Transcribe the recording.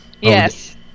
yes